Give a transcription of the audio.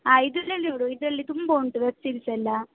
ಆಂ ಇದರಲ್ಲಿ ನೋಡು ಇದರಲ್ಲಿ ತುಂಬ ಉಂಟು ವೆಬ್ ಸೀರೀಸೆಲ್ಲ